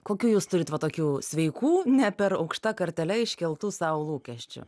kokių jūs turit va tokių sveikų ne per aukšta kartele iškeltų sau lūkesčių